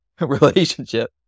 relationship